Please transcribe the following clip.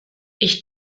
ich